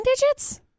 digits